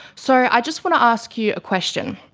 so i just want to ask you a question.